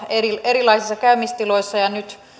erilaisissa käymistiloissa ja nyt